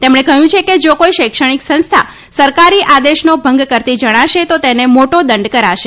તેમણે કહ્યું કે જા કોઈ શૈક્ષણિક સંસ્થા સરકારી આદેશનો ભંગ કરતી જણાશે તો તેને મોટો દંડ કરાશે